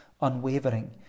unwavering